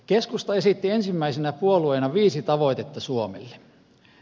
keskusta esitti ensimmäisenä puolueena viisi tavoitetta suomelle